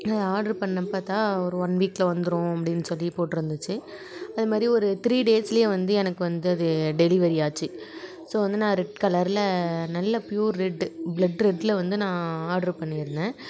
order பண்ணப்போ தான் ஒரு ஒன் வீக்கில் வந்துடும் அப்படின்னு சொல்லி போட்டிருந்துச்சி அது மாதிரி ஒரு த்ரீ டேஸ்லேயே வந்து எனக்கு வந்து அது டெலிவரி ஆச்சு ஸோ வந்து நான் ரெட் கலரில் நல்ல ப்யூர் ரெட்டு ப்ளட் ரெட்டில் வந்து நான் ஆர்ட்ரு பண்ணியிருந்தேன்